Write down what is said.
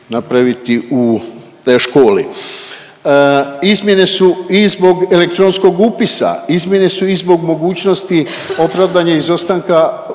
školi. Izmjene su i zbog elektronskog upisa, izmjene su i zbog mogućnosti opravdanja izostanka učenika,